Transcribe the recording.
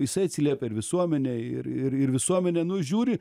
jisai atsiliepia ir visuomenei ir ir ir visuomenė nu žiūri